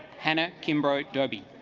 hannah kimbrough derby